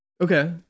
Okay